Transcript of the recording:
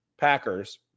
Packers